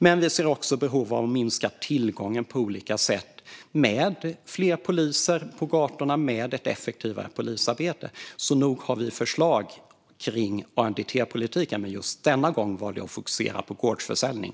Men vi ser också ett behov att minska tillgången på olika sätt med fler poliser på gatorna och med ett effektivare polisarbete. Så nog har vi förslag kring ANDTS-politiken. Men just denna gång valde jag att fokusera på gårdsförsäljning.